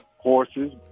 Horses